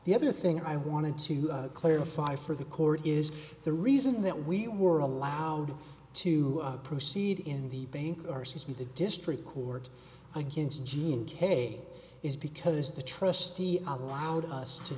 the other thing i wanted to clarify for the court is the reason that we were allowed to proceed in the bank r c m p the district court against gene k is because the trustee allowed us to